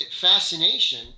fascination